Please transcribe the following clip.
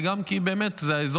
וגם כי זה האזור,